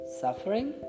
suffering